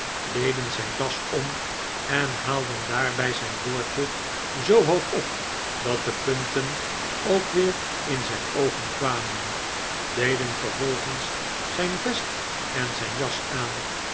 deden zijn das om en haalden daarbij zijn boordje zoo hoog op dat de punten ook weer in zijn oogen kwamen deden vervolgens zijn vest en zijn jas aan